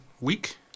week